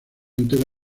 entera